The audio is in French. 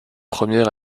première